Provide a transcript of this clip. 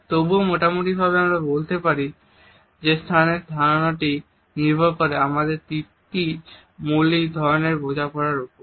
তবুও মোটামুটি ভাবে আমরা বলতে পারি যে স্থানে ধারণাটি নির্ভর করে আমাদের তিনটি মৌলিক ধরনের বোঝাপড়ার ওপর